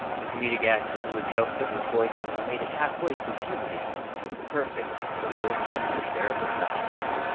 the comedic actor who would joke that his voice only made it half-way through puberty was perfect as the loathsome sheriff of nottingham.